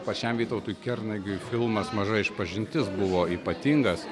pačiam vytautui kernagiui filmas maža išpažintis buvo ypatingas